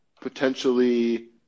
potentially